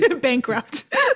Bankrupt